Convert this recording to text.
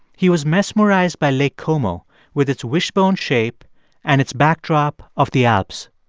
he was mesmerized by lake como with its wishbone shape and its backdrop of the alps.